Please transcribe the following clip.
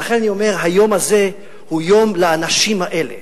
לכן אני אומר, היום הזה הוא יום לאנשים האלה,